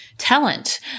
talent